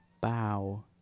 bow